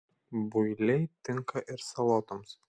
builiai tinka ir salotoms